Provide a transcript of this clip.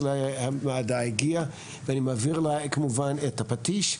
הוועדה הגיעה ואני מעביר לה כמובן את הפטיש,